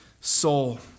soul